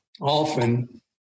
often